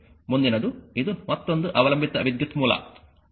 ಮುಂದಿನದು ಇದು ಮತ್ತೊಂದು ಅವಲಂಬಿತ ವಿದ್ಯುತ್ ಮೂಲ